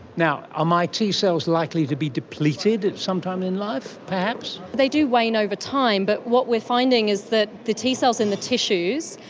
now, are ah my t cells likely to be depleted some time in life perhaps? they do wane over time but what we are finding is that the t cells in the tissues,